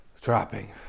dropping